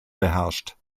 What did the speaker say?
beherrscht